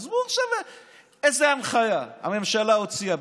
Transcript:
עזבו עכשיו איזו הנחיה הממשלה הוציאה.